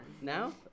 now